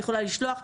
אני יכולה לשלוח,